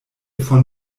von